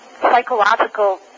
psychological